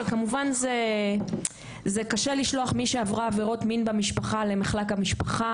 אבל כמובן זה קשה לשלוח מי שנפגעה מעבירות מין במשפחה למחלק המשפחה,